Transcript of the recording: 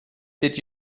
did